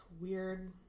weird